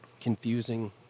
confusing